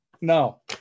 No